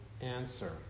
answer